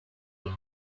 east